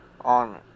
on